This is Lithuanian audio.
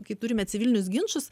kai turime civilinius ginčus